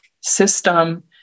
system